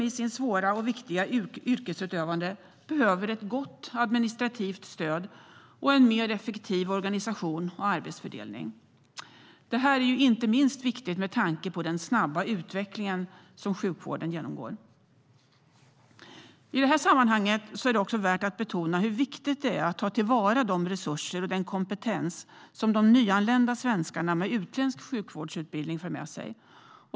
I sitt svåra och viktiga yrkesutövande behöver personalen ett gott administrativt stöd och en mer effektiv organisation och arbetsfördelning. Detta är inte minst viktigt med tanke på den snabba utveckling som sjukvården genomgår. I detta sammanhang är det också värt att betona hur viktigt det är att ta till vara de resurser och den kompetens som de nyanlända svenskarna med utländsk sjukvårdsutbildning för med sig.